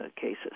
cases